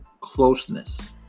closeness